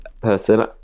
person